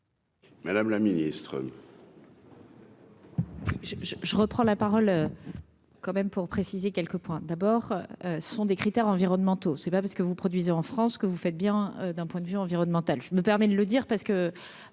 Madame la Ministre.